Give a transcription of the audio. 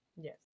Yes